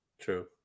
true